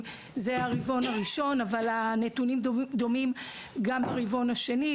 זה הרבעון הראשון אבל הנתונים דומים גם ברבעון השני,